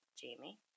Jamie